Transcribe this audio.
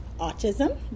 autism